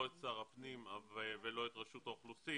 לא את שר הפנים ולא את רשות האוכלוסין.